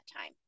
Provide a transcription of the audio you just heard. time